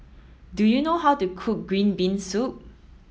do you know how to cook green bean soup